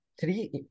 three